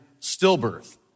stillbirth